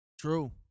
True